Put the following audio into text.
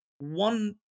One